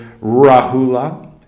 Rahula